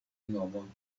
nomon